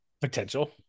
Potential